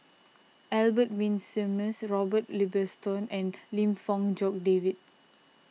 Albert Winsemius Robert Ibbetson and Lim Fong Jock David